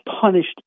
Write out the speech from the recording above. punished